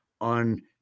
on